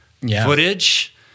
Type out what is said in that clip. footage